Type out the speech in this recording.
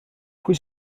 pwy